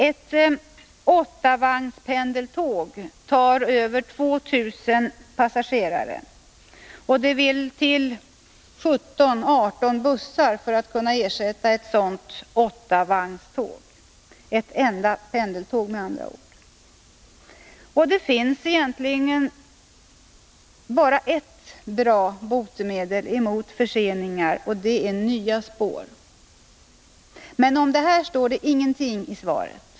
Ett Nr 68 pendeltåg på åtta vagnar tar över 2 000 passagerare, och det vill till 17-18 1 februari 1982 Det finns bara ett bra botemedel mot förseningar, och det är nya spår. Men om detta står inget i svaret.